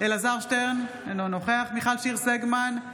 בהצבעה אלעזר שטרן, אינו נוכח מיכל שיר סגמן,